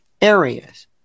areas